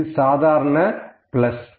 இது சாதாரண பிளஸ்